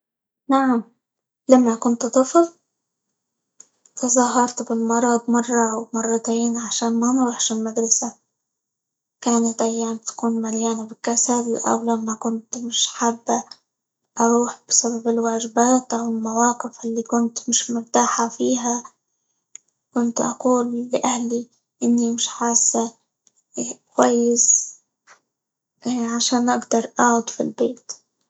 نعم لما كنت طفل تظاهرت بالمرض مرة، أو مرتين؛ عشان ما نروحش المدرسة، كانت أيام تكون مليانة بكسل، أو لما كنت مش حابة أروح؛ بسبب الواجبات، أو المواقف اللي كنت مش مرتاحة فيها، كنت أقول لاهلي إني مش حاسة كويس؛ عشان أقدر أقعد في البيت.